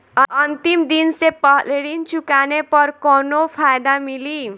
अंतिम दिन से पहले ऋण चुकाने पर कौनो फायदा मिली?